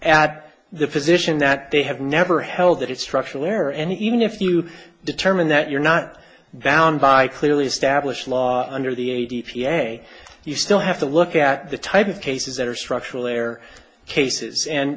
at the position that they have never held that it's structural error and even if you determine that you're not valid by clearly established law under the a t p a you still have to look at the type of cases that are structural their cases and